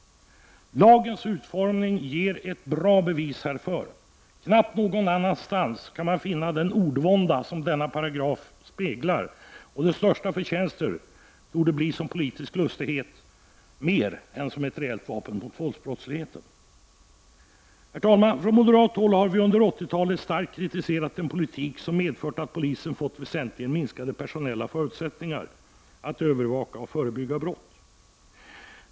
Lagens utformning ger ett bra bevis härför. Knappast någon annanstans finner man en sådan ordvånda som denna paragraf speglar. Sin största förtjänst torde den ha som politisk lustighet och inte som ett reellet vapen mot våldsbrottsligheten. Herr talman! Från moderat håll har vi under 1980-talet starkt kritiserat den politik som medfört att polisen fått väsentligt minskade personella förutsättningar att övervaka och förebygga brott.